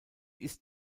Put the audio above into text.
ist